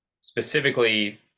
specifically